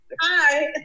Hi